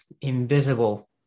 invisible